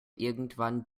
irgendwann